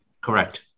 Correct